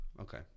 Okay